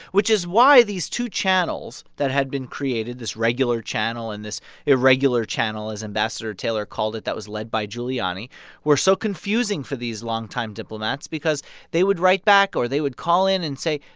which is why these two channels that had been created this regular channel and this irregular channel, as ambassador taylor called it, that was led by giuliani were so confusing for these longtime diplomats because they would write back or they would call in and say,